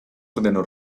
ordenó